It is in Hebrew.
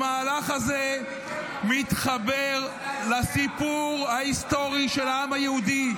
המהלך הזה מתחבר לסיפור ההיסטורי של העם היהודי,